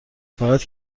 فقط